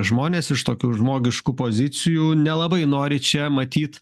žmones iš tokių žmogiškų pozicijų nelabai nori čia matyt